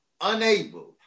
unable